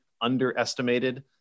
underestimated